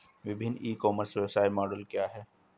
विभिन्न e commerce व्यवसाय model क्या हैं?